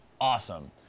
awesome